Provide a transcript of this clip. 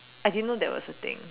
I didn't know that was a thing